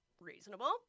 Reasonable